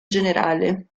generale